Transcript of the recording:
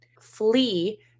Flee